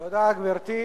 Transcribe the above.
תודה, גברתי.